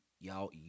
y'all